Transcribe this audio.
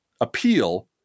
appeal